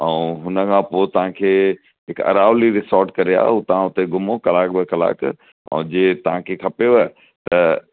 ऐं हुन खां पोइ तव्हांखे हिक अरावली रिसोट करे आहे तव्हां उते घुमो कलाकु ॿ कलाक ऐं जंहिं तव्हांखे खपेव त